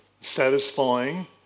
satisfying